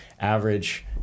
average